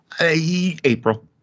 April